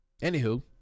Anywho